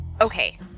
Okay